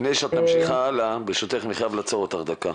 לפני שאת ממשיכה אני חייב לעצור אותך דקה.